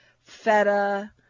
feta